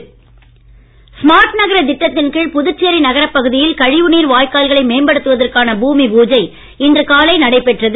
ஸ்மார்ட்நகரம் smart நகரத் திட்டத்தின் கீழ் புதுச்சேரி நகரப் பகுதியில் கழிவுநீர் வாய்க்கால்களை மேம்படுத்துவதற்கான பூமி பூஜை இன்று காலை நடைபெற்றது